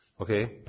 Okay